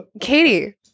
Katie